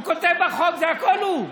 הוא כותב בחוק, הכול הוא,